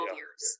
years